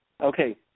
Okay